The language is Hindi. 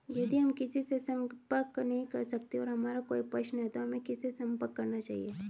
यदि हम किसी से संपर्क नहीं कर सकते हैं और हमारा कोई प्रश्न है तो हमें किससे संपर्क करना चाहिए?